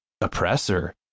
oppressor